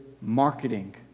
marketing